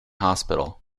hospital